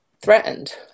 threatened